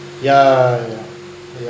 yeah ya